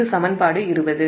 இது சமன்பாடு 20